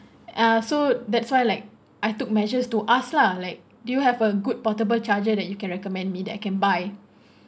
ya so that's why like I took measures to ask lah like do you have a good portable charger that you can recommend me that I can buy